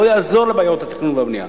לא יעזור לבעיות התכנון והבנייה.